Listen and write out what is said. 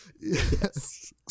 Yes